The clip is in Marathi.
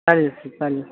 चालेल चालेल